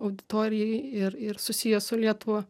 auditorijai ir ir susijęs su lietuva